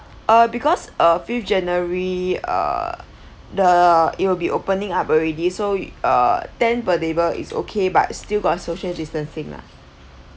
uh because uh fifth january uh the it will be opening up already so uh ten per table is okay but still got social distancing lah